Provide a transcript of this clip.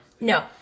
no